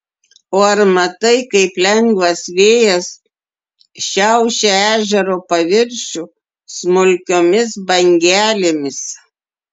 o ar matai kaip lengvas vėjas šiaušia ežero paviršių smulkiomis bangelėmis